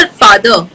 father